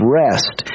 rest